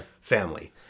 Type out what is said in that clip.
family